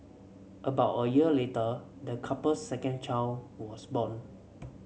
about a year later the couple's second child was born